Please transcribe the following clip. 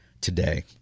today